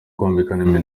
kwambikana